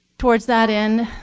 towards that end,